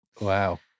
Wow